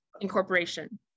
incorporation